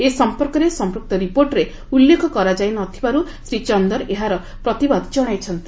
ଏ ସମ୍ପର୍କରେ ସମ୍ପୃକ୍ତ ରିପୋର୍ଟରେ ଉଲ୍ଲେଖ କରାଯାଇନଥିବାରୁ ଶ୍ରୀ ଚନ୍ଦର ଏହାର ପ୍ରତିବାଦ ଜଣାଇଛନ୍ତି